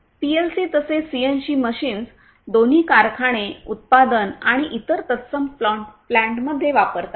PLC तसेच CNC machines दोन्हीही कारखाने उत्पादन आणि इतर तत्सम प्लांटमध्ये वापरतात